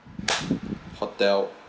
hotel